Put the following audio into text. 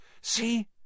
See